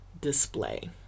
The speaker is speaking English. display